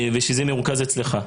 וזה יהיה מרוכז אצלך.